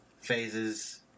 phases